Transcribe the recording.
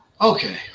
Okay